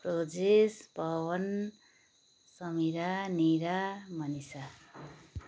roses Pawan Sameera Neera Manisha